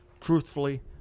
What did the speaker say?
truthfully